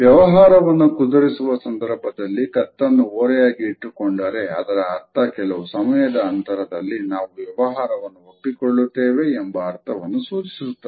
ವ್ಯವಹಾರವನ್ನು ಕುದುರಿಸುವ ಸಂದರ್ಭದಲ್ಲಿ ಕತ್ತನ್ನು ಓರೆಯಾಗಿ ಇಟ್ಟುಕೊಂಡರೆ ಅದರ ಅರ್ಥ ಕೆಲವು ಸಮಯದ ಅಂತರದಲ್ಲಿ ನಾವು ವ್ಯವಹಾರವನ್ನು ಒಪ್ಪಿಕೊಳ್ಳುತ್ತೇವೆ ಎಂಬ ಅರ್ಥವನ್ನು ಸೂಚಿಸುತ್ತದೆ